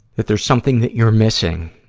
that there's something that you're missing.